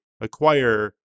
acquire